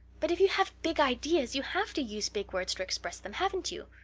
but if you have big ideas you have to use big words to express them, haven't you?